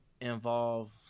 involve